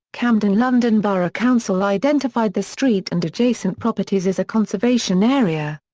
camden london borough council identified the street and adjacent properties as a conservation area.